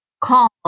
call